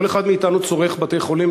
כל אחד מאתנו צורך בתי-חולים,